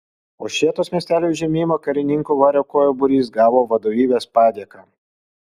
už šėtos miestelio užėmimą karininko variakojo būrys gavo vadovybės padėką